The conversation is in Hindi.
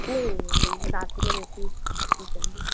नहीं नहीं रात में रोटी सब्जी चाहिए